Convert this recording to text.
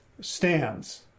stands